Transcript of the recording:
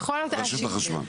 רשות החשמל.